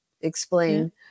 explain